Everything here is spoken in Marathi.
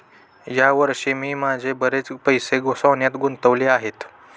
या वर्षी मी माझे बरेच पैसे सोन्यात गुंतवले आहेत